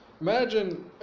Imagine